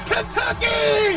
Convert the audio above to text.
Kentucky